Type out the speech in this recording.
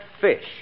fish